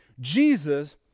Jesus